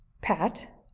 Pat